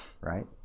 right